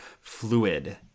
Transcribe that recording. fluid